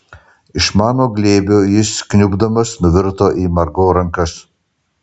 iš mano glėbio jis kniubdamas nuvirto į margo rankas